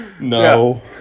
No